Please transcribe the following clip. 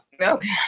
Okay